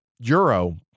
euro